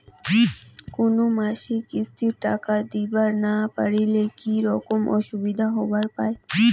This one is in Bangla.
কোনো মাসে কিস্তির টাকা দিবার না পারিলে কি রকম অসুবিধা হবার পায়?